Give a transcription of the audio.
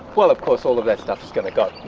well, of course all of that stuff is going to go.